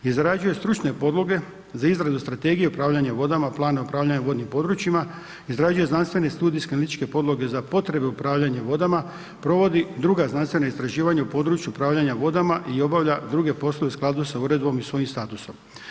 Izrađuje stručne podloge za izradu strategije upravljanja vodama, plana upravljanja vodnim područjima, izrađuje znanstvene studijske analitičke podloge za potrebe upravljanja vodama, provodi druga znanstvena istraživanja u području upravljanja vodama i obavlja druge poslove u skladu sa uredbom i svojim statusom.